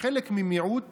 ממיעוט